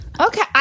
Okay